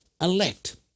elect